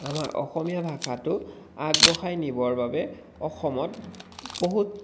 আমাৰ অসমীয়া ভাষাটো আগবঢ়াই নিবৰ বাবে অসমত বহুত